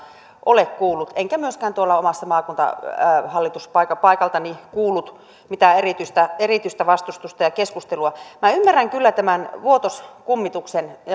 ole kuullut enkä myöskään omalta maakuntahallituspaikaltani kuullut mitään erityistä erityistä vastustusta ja keskustelua minä ymmärrän kyllä tämän vuotos kummituksen